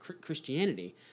Christianity